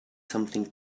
something